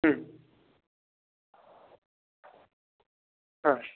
হুম আচ্ছা